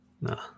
No